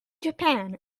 japan